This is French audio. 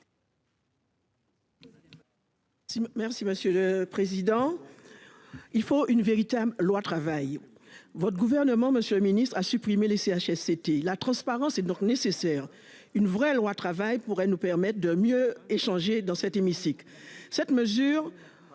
monsieur le président. Il faut une véritable loi travail votre gouvernement, Monsieur le ministre à supprimer les Chsct, la transparence est donc nécessaire. Une vraie loi travail pourrait nous permettent de mieux échanger dans cet hémicycle.